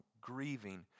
grieving